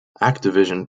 activision